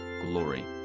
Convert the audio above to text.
glory